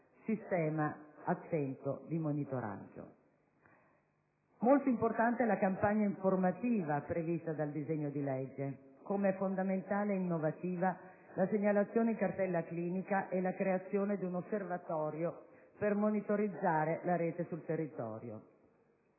sistema attento di monitoraggio. Molto importante è la campagna informativa prevista dal disegno di legge, come è fondamentale e innovativa la segnalazione in cartella clinica e la creazione di un osservatorio per monitorare la rete sul territorio.